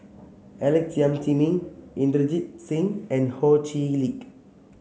Alex Yam Ziming Inderjit Singh and Ho Chee Lick